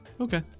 Okay